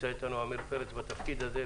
נמצא איתנו עמיר פרץ בתפקיד הזה,